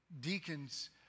deacons